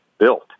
built